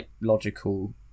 logical